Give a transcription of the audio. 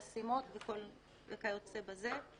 חסימות וכיוצא בזה.